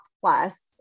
Plus